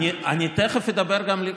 אני תכף אדבר גם על,